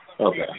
Okay